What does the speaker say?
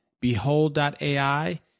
Behold.ai